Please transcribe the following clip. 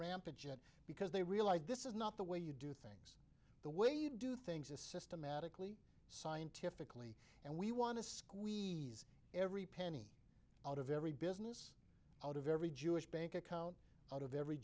rampaging because they realize this is not the way you do things the way you do things is systematically scientifically and we want to squeeze every penny out of every business out of every jewish bank account out of every